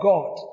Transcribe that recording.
God